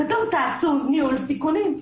כתוב, תעשו ניהול סיכונים.